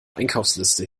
einkaufsliste